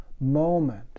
moment